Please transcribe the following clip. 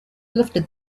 lifted